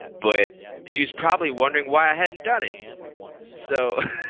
but she was probably wondering why i hadn't done it so.